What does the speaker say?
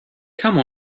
come